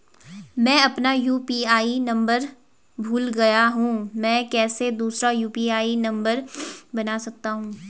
मैं अपना UPI number भूल गया हूँ मैं कैसे दूसरा यु.पी.आई नम्बर बना सकता हूँ?